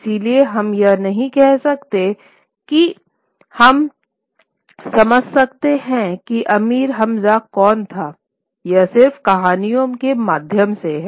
इसलिए हम यह नहीं कह सकते हैं कि हम समझ सकते हैं कि अमीर हमजा कौन था यह सिर्फ कहानियों के माध्यम से हैं